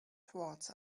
towards